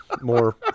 more